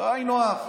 זה היינו הך.